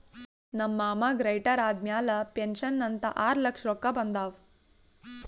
ನಮ್ ಮಾಮಾಗ್ ರಿಟೈರ್ ಆದಮ್ಯಾಲ ಪೆನ್ಷನ್ ಅಂತ್ ಆರ್ಲಕ್ಷ ರೊಕ್ಕಾ ಬಂದಾವ್